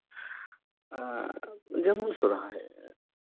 ᱡᱮᱢᱚᱱ ᱥᱚᱨᱦᱟᱭ